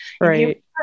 Right